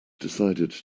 decided